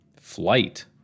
Flight